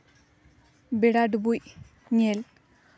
ᱵᱮᱲᱟ ᱰᱩᱵᱩᱡ ᱧᱮᱞ